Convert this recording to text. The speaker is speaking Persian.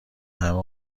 همه